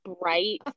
bright